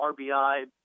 RBI